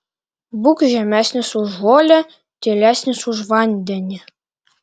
būk žemesnis už žolę tylesnis už vandenį